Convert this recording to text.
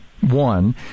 One